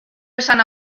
esan